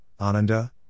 Ananda